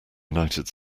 united